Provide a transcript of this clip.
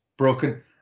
broken